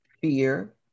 fear